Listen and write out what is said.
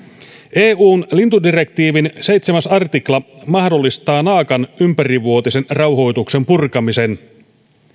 eun lintudirektiivin seitsemäs artikla mahdollistaa naakan ympärivuotisen rauhoituksen purkamisen